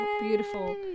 beautiful